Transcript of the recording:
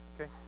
okay